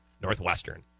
Northwestern